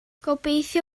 gobeithio